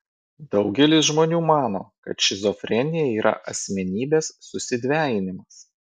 daugelis žmonių mano kad šizofrenija yra asmenybės susidvejinimas